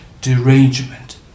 derangement